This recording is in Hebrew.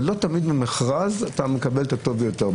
ולא תמיד במכרז אתה מקבל את הטוב ביותר.